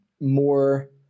more